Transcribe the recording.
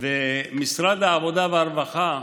משרד העבודה והרווחה,